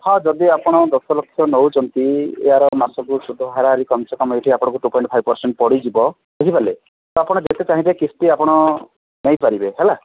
ହଁ ଯଦି ଆପଣ ଦଶ ଲକ୍ଷ ନେଉଛନ୍ତି ଏହାର ମାସକୁ ସୁଧ ହାରାହାରି କମସେ କମ ଏଇଠି ଆପଣଙ୍କୁ ଟୁ ପଏଣ୍ଟ୍ ଫାଇଭ୍ ପରସେଣ୍ଟ୍ ପଡ଼ିଯିବ ବୁଝିପାରିଲେ ଆପଣ ଯେତେ ଚାହିଁବେ କିସ୍ତି ଆପଣ ନେଇପାରିବେ ହେଲା